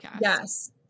Yes